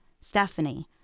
Stephanie